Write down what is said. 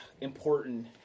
important